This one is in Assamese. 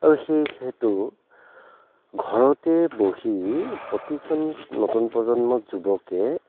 আৰু সেইহেতু ঘৰতে বহি প্ৰতিজন নতুন প্ৰজন্মৰ যুৱকে